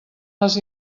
les